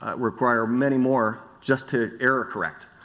ah require many more just to error correct.